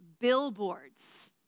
billboards